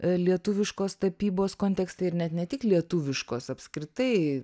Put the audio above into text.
lietuviškos tapybos kontekste ir net ne tik lietuviškos apskritai